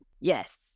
Yes